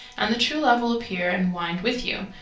and the true love will appear and wind with you.